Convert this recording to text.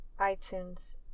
iTunes